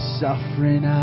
suffering